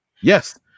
Yes